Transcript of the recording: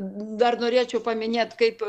dar norėčiau paminėt kaip